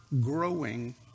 growing